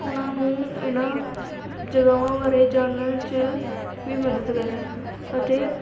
ਉਨ੍ਹਾਂ ਨੂੰ ਇਹਨਾਂ ਜਗ੍ਹਾਵਾਂ ਬਾਰੇ ਜਾਨਣ 'ਚ ਵੀ ਮਦਦ ਕਰਨ ਅਤੇ